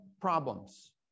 problems